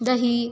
दही